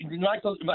Michael